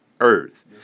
earth